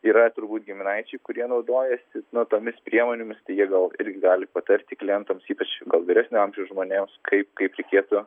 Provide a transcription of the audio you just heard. yra turbūt giminaičiai kurie naudojasi na tomis priemonėmis tai jie gal irgi gali patarti klientams ypač vyresnio amžiaus žmonėms kaip kaip reikėtų